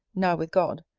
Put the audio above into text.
now with god,